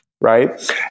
right